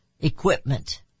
equipment